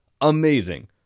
Amazing